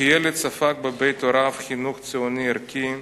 כילד ספג בבית הוריו חינוך ציוני ערכי,